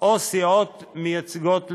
או סיעות מייצגות לבחירה.